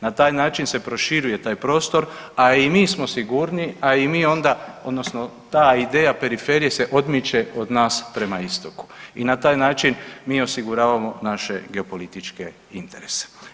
Na taj način se proširuje taj prostor, a i mi smo sigurniji, a i mi onda odnosno ta ideja periferije se odmiče od nas prema istoku i na taj način mi osiguravamo naše geopolitičke interese.